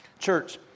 Church